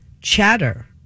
chatter